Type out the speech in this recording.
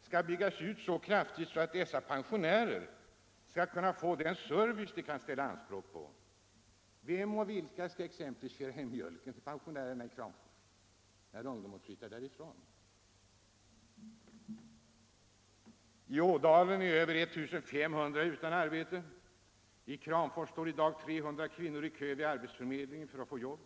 skall byggas ut så kraftigt att dessa pensionärer får den service som de kan ställa anspråk på. Vilka skall exempelvis köra hem mjölken till pensionärerna i Kramfors när ungdomen flyttar därifrån? I Ådalen är över 1500 personer utan arbete. I Kramfors står i dag 300 kvinnor i kö vid arbetsförmedlingen för att få jobb.